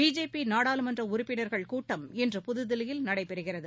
பிஜேபிநாடாளுமன்றஉறுப்பினர்கள் கூட்டம் இன்று புதுதில்லியில் நடைபெறுகிறது